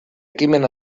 ekimen